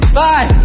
five